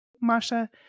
Masha